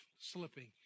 slipping